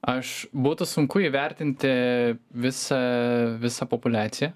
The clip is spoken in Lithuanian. aš būtų sunku įvertinti visą visą populiaciją